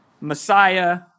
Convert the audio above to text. Messiah